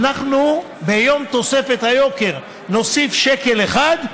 אנחנו ביום תוספת היוקר נוסיף שקל אחד,